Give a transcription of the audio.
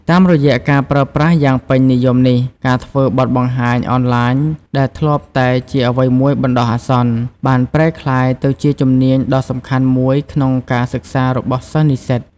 តាមរយៈការប្រើប្រាស់យ៉ាងពេញនិយមនេះ ការធ្វើបទបង្ហាញអនឡាញដែលធ្លាប់តែជាអ្វីមួយបណ្ដោះអាសន្ន បានប្រែក្លាយទៅជាជំនាញដ៏សំខាន់មួយក្នុងការសិក្សារបស់សិស្សនិស្សិត។